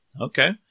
Okay